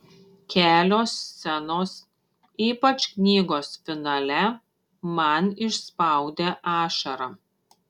kelios scenos ypač knygos finale man išspaudė ašarą